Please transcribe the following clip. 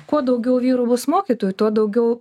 kuo daugiau vyrų bus mokytojų tuo daugiau